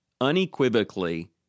unequivocally